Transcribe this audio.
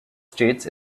states